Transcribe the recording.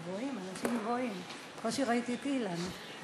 בקושי ראיתי את אילן.